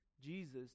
Jesus